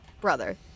brother